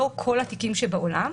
לא כל התיקים שבעולם,